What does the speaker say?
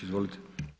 Izvolite.